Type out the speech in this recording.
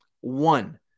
One